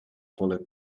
bullet